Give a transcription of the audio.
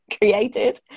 created